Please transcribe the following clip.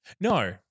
No